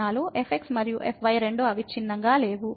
కాబట్టి పాక్షిక అవకలనాలు fx మరియు fy రెండూ అవిచ్ఛిన్నంగా లేవు